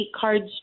cards